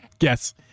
Yes